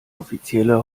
offizielle